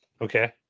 Okay